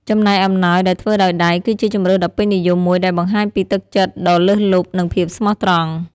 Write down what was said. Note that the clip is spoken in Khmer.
ចំណែកអំណោយដែលធ្វើដោយដៃ គឺជាជម្រើសដ៏ពេញនិយមមួយដែលបង្ហាញពីទឹកចិត្តដ៏លើសលប់ និងភាពស្មោះត្រង់។